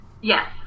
Yes